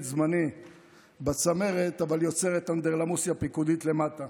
זמני בצמרת אבל יוצרת אנדרלמוסיה פיקודית למטה.